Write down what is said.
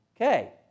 Okay